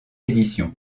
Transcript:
édition